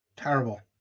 Terrible